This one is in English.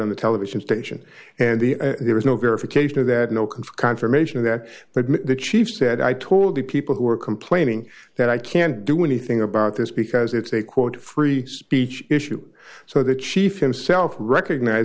on the television station and the there was no verification of that no control confirmation that the chief said i told the people who are complaining that i can't do anything about this because it's a quote free speech issue so the chief himself recognize